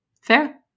Fair